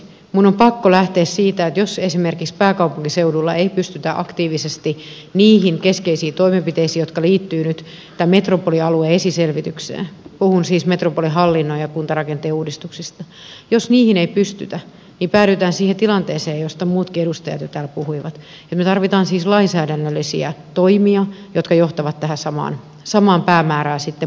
minun on pakko lähteä siitä että jos esimerkiksi pääkaupunkiseudulla ei pystytä aktiivisesti niihin keskeisiin toimenpiteisiin jotka liittyvät nyt metropolialueen esiselvitykseen puhun siis metropolihallinnon ja kuntarakenteen uudistuksesta päädytään siihen tilanteeseen josta muutkin edustajat jo täällä puhuivat ja me tarvitsemme siis lainsäädännöllisiä toimia jotka johtavat tähän samaan päämäärään sitten muilla keinoin